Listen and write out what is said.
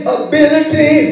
ability